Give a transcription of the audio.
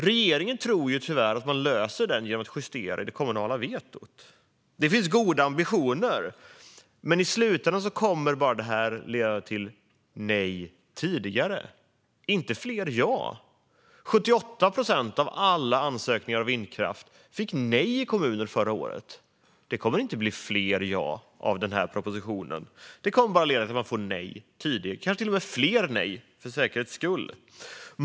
Regeringen tror tyvärr att man löser den genom att justera i det kommunala vetot. Det finns goda ambitioner, men i slutändan kommer det bara att leda till tidigare nej, inte till fler ja. 78 procent av alla ansökningar om vindkraft fick nej i kommuner förra året. Det kommer inte att bli fler ja av den här propositionen. Det kommer bara att leda till att man får nej tidigt, kanske till och med fler nej för säkerhets skull.